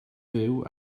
fyw